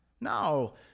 No